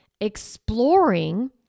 exploring